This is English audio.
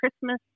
Christmas